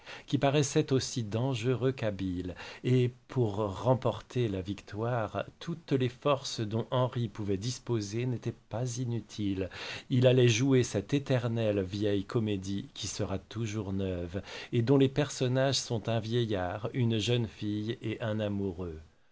qui paraissait aussi dangereux qu'habile et pour remporter la victoire toutes les forces dont henri pouvait disposer n'étaient pas inutiles il allait jouer cette éternelle vieille comédie qui sera toujours neuve et dont les personnages sont un vieillard une jeune fille et un amoureux